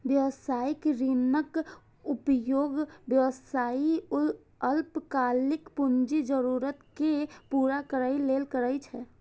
व्यावसायिक ऋणक उपयोग व्यवसायी अल्पकालिक पूंजी जरूरत कें पूरा करै लेल करै छै